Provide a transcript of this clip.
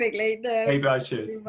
at. maybe i should!